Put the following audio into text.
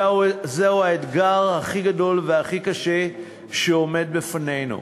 זה האתגר הכי גדול והכי קשה שעומד בפנינו.